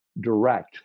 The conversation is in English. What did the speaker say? Direct